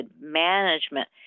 management